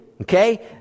okay